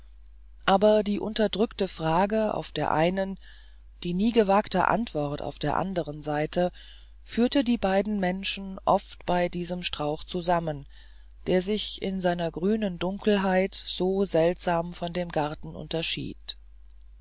aber die unterdrückte frage auf der einen die niegewagte antwort auf der anderen seite führte die beiden menschen oft bei diesem strauch zusammen der sich in seiner grünen dunkelheit so seltsam von dem garten unterschied